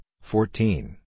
fourteen